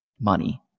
money